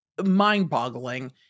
mind-boggling